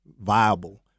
viable